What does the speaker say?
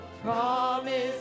Promise